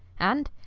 and,